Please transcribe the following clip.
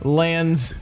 lands